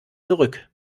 zurück